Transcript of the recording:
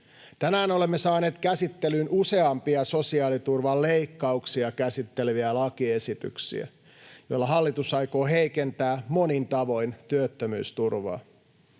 Tänään olemme saaneet käsittelyyn useampia sosiaaliturvan leikkauksia käsitteleviä lakiesityksiä, joilla hallitus aikoo heikentää monin tavoin työttömyysturvaa.